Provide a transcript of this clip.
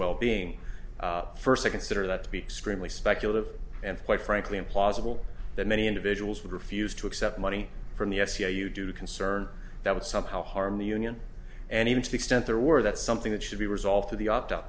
wellbeing first i consider that to be extremely speculative and quite frankly implausible that many individuals would refuse to accept money from the sci you do concern that would somehow harm the union and even to the extent there were that's something that should be resolved through the opt out